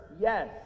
Yes